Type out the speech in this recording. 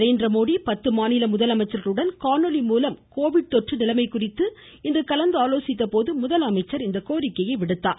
நரேந்திரமோதி தமிழகம் உட்பட முதலமைச்சர்களுடன் காணொலிமூலம் கோவிட் தொற்று நிலமை குறித்து இன்று கலந்தாலோசித்தபோது முதலமைச்சர் இக்கோரிக்கையை விடுத்திருக்கிறார்